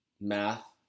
math